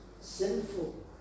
sinful